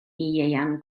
ieuan